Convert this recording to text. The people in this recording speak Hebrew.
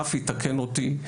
רפי תקן אותי,